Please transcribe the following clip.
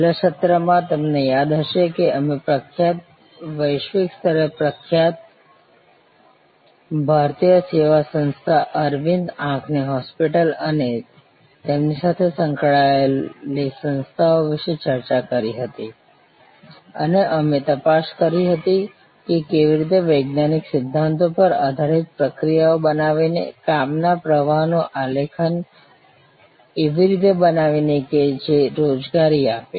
છેલ્લા સત્રમાં તમને યાદ હશે કે અમે પ્રખ્યાત વૈશ્વિક સ્તરે પ્રખ્યાત ભારતીય સેવા સંસ્થા અરવિંદ આંખની હોસ્પિટલ અને તેમની સાથે સંકળાયેલી સંસ્થાઓ વિશે ચર્ચા કરી હતી અને અમે તપાસ કરી હતી કે કેવી રીતે વૈજ્ઞાનિક સિદ્ધાંતો પર આધારિત પ્રક્રિયાઓ બનાવીને કામ ના પ્રવાહ નું આલેખન એવી રીતે બનાવીને કે જે રોજગારી આપે